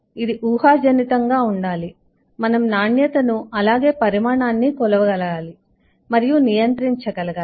ఇది ఊహాజనితంగా ఉండాలి మనం నాణ్యతను అలాగే పరిమాణాన్ని కొలవగలగాలి మరియు నియంత్రించగలగాలి